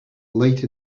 late